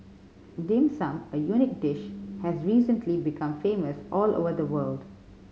Dim Sum a unique dish has recently become famous all over the world